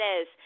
says